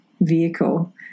vehicle